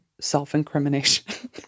self-incrimination